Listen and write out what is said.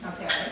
Okay